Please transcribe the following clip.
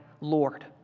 Lord